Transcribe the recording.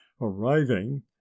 Arriving